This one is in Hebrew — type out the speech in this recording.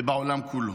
ובעולם כולו.